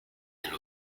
dello